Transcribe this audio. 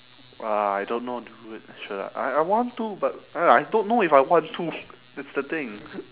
uh I don't know wh~ should I I want to but ya I don't know if I want to that's the thing